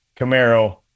camaro